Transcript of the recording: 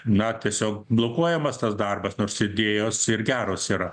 na tiesiog blokuojamas tas darbas nors idėjos ir geros yra